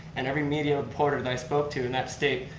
and every media reporter that i spoke to in that state,